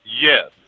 Yes